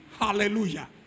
Hallelujah